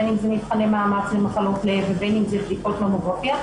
בין אם זה מבחני מאמץ למחלות לב ובין אם זה בדיקות ממוגרפיה,